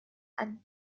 and